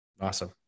Awesome